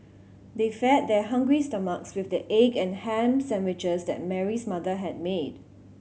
they fed their hungry stomachs with the egg and ham sandwiches that Mary's mother had made